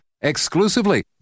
exclusively